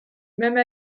même